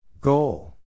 Goal